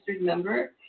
member